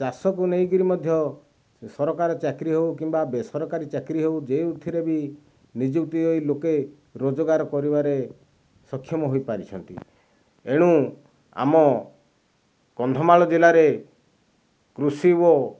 ଚାଷକୁ ନେଇକରି ମଧ୍ୟ ସରକାରୀ ଚାକିରୀ ହେଉ କିମ୍ବା ବେସରକାରୀ ଚାକିରୀ ହେଉ ଯେଉଥିରେ ବି ନିଯୁକ୍ତି ହୋଇ ଲୋକେ ରୋଜଗାର କରିବାରେ ସକ୍ଷମ ହୋଇପାରିଛନ୍ତି ଏଣୁ ଆମ କନ୍ଧମାଳ ଜିଲ୍ଲାରେ କୃଷି ଓ